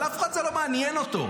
אבל אף אחד זה לא מעניין אותו.